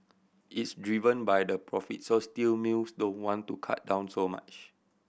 it's driven by the profit so steel mills don't want to cut down so much